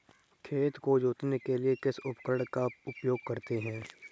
खेत को जोतने के लिए किस उपकरण का उपयोग करते हैं?